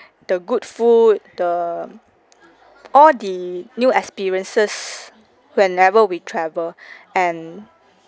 the good food the all the new experiences whenever we travel and